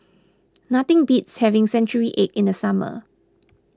nothing beats having Century Egg in the summer